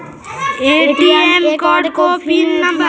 ATM card को pin number भुला गैले तौ हम कैसे ब्लॉक करवै?